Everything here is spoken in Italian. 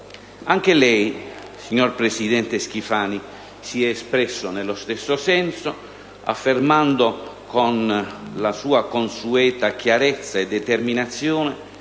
Anche lei, signor presidente Schifani, si è espresso nello stesso senso, affermando, con la sua consueta chiarezza e determinazione,